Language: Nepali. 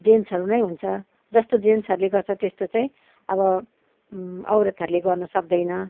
जेन्टे्सहरू नै हुन्छ जस्तो जेन्ट्सहरूले गर्छ त्यस्तो चाहिँ अब औरतहरूले गर्न सक्दैन